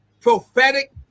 prophetic